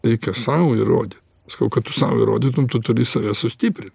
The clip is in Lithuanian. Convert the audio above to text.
reikia sau įrodyt sakau kad tu sau įrodytum tu turi save sustiprint